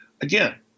again